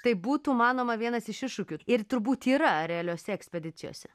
tai būtų manoma vienas iš iššūkių ir turbūt yra realiose ekspedicijose